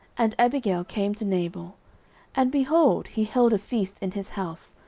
and abigail came to nabal and, behold, he held a feast in his house,